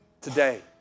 today